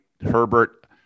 Herbert